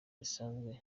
zisanzwe